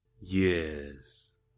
Yes